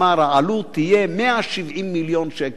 אמר: העלות תהיה 170 מיליון שקל,